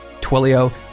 Twilio